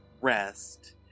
rest